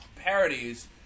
parodies